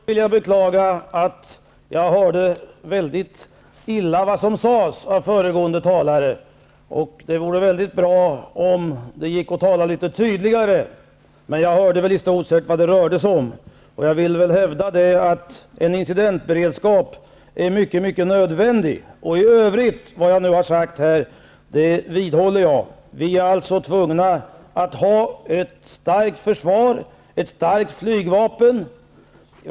Herr talman! Först vill jag beklaga att jag hörde illa vad som sades av föregående talare, och det vore bra om det gick att tala litet tydligare. Jag hörde ändå i stort sett vad det rörde sig om, och jag vill hävda att en incidentberedskap är mycket nödvändig. Vad jag i övrigt har sagt vidhåller jag. Vi är tvungna att ha ett starkt försvar, ett starkt flygvapen.